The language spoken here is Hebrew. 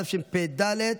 התשפ"ד 2023,